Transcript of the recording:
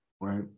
right